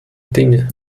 dinge